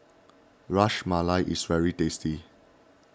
Ras Malai is very tasty